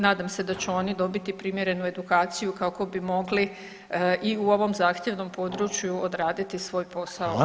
Nadam se da će oni dobiti primjerenu edukaciju kako bi mogli i u ovom zahtjevnom području odraditi svoj posao kako treba.